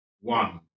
one